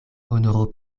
honoro